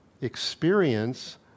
experience